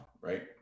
right